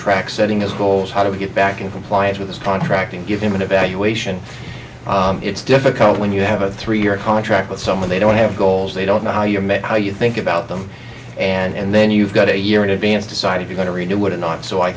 track setting as goals how do we get back in compliance with this contract and give him an evaluation it's difficult when you i have a three year contract with someone they don't have goals they don't know how your met how you think about them and then you've got a year in advance decide if you going to redo would it not so i